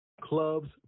Clubs